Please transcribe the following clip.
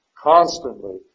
constantly